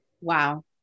Wow